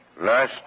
last